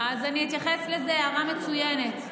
אז אני אתייחס לזה, הערה מצוינת.